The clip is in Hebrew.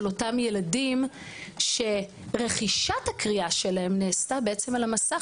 אותם ילדים שרכישת הקריאה שלהם נעשתה בעצם על המסך,